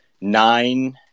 nine